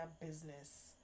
business